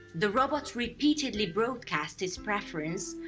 the robot repeatedly broadcasts its preference.